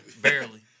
barely